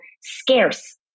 scarce